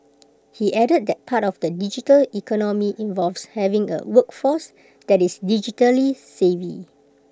he added that part of the digital economy involves having A workforce that is digitally savvy